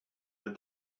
but